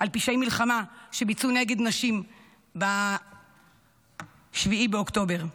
על פשעי מלחמה שביצעו נגד נשים ב-7 באוקטובר.